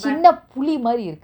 but